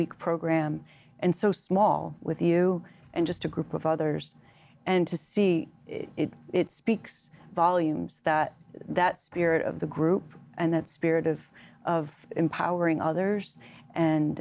week program and so small with you and just a group of others and to see it it speaks volumes that that spirit of the group and that spirit of of empowering others and